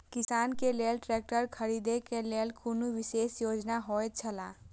किसान के लेल ट्रैक्टर खरीदे के लेल कुनु विशेष योजना होयत छला?